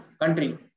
country